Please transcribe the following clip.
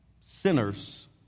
sinners